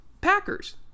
Packers